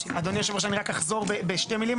אדוני, יושב הראש, אני רק אחזור בשתי מילים.